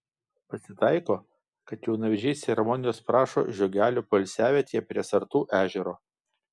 pasitaiko kad jaunavedžiai ceremonijos prašo žiogelio poilsiavietėje prie sartų ežero